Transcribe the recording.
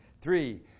Three